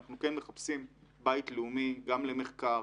אנחנו כן מחפשים בית לאומי גם למחקר,